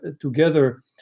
together